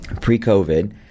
Pre-COVID